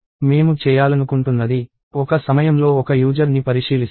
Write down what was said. మేము చేయాలనుకుంటున్నది ఒక సమయంలో ఒక యూజర్ ని పరిశీలిస్తాము